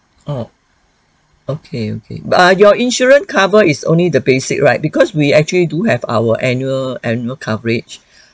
oh okay okay but ah your insurance cover is only the basic right because we actually do have our annual annual coverage